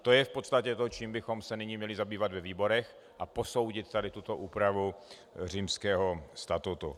To je v podstatě to, čím bychom se nyní měli zabývat ve výborech a posoudit tuto úpravu Římského statutu.